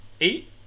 eight